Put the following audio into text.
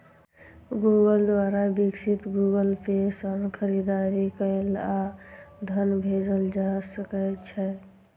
Google द्वारा विकसित Google Pay सं खरीदारी कैल आ धन भेजल जा सकै छै